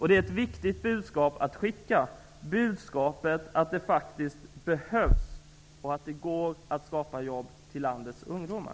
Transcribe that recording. Det är ett viktigt budskap att skicka, budskapet att det faktiskt behövs och att det går att skapa jobb till landets ungdomar.